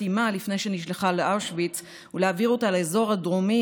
אימה לפני שנשלחה לאושוויץ ולהעביר אותה לאזור הדרומי,